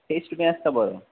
taste बी आसता बरो